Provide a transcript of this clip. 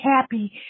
happy